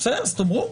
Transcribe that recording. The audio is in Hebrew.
תאמרו.